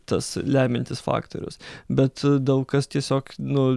tas lemiantis faktorius bet daug kas tiesiog nu